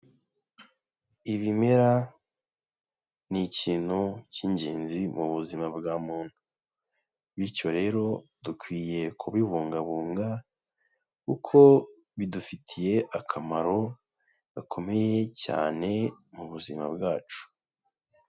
Ibimera ni ikintu cy'ingenzi mu buzima bwa muntu. Bityo rero, dukwiye kubibungabunga kuko bidufitiye akamaro, gakomeye cyane mu buzima bwacu.